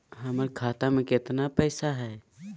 हमर खाता मे केतना पैसा हई?